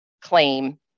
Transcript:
claim